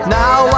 now